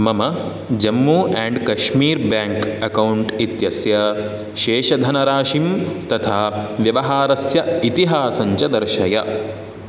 मम Jammu and Kashmir bank account इत्यस्य शेषधनराशिं तथा व्यवहारस्य इतिहासम् च दर्शय